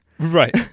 Right